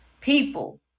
people